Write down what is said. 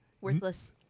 Worthless